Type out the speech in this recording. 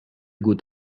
good